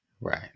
right